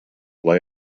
lay